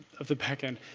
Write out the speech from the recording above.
of the back end.